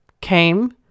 came